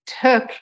took